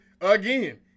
again